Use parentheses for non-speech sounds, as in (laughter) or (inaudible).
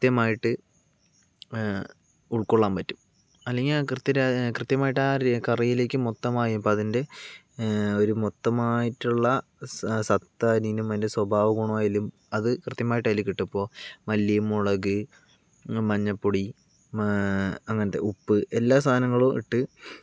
കൃത്യമായിട്ട് ഉൾകൊള്ളാൻ പറ്റും അല്ലെങ്കിൽ കൃത്യമായിട്ട് ആ ആ കറിയിലേക്ക് മൊത്തമായും അപ്പോൾ അതിൻ്റെ ഒരു മൊത്തമായിട്ടുള്ള സത്ത് അതിൻ്റെ (unintelligible) സ്വഭാവഗുണമായാലും അത് കൃത്യമായിട്ട് അതിൽ കിട്ടും ഇപ്പോൾ മല്ലി മുളക് മഞ്ഞൾപ്പൊടി അങ്ങനത്തെ ഉപ്പ് എല്ലാ സാധനങ്ങളും ഇട്ട്